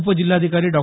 उपजिल्हाधिकारी डॉ